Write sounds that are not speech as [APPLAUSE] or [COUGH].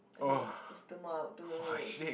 okay just two more [NOISE] two more minutes